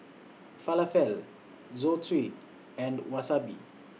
Falafel Zosui and Wasabi